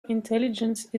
intelligence